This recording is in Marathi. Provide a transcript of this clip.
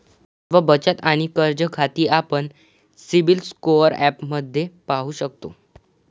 सर्व बचत आणि कर्ज खाती आपण सिबिल स्कोअर ॲपमध्ये पाहू शकतो